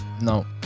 no